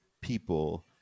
people